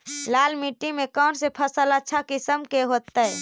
लाल मिट्टी में कौन से फसल अच्छा किस्म के होतै?